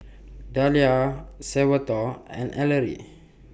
Dahlia Salvatore and Ellery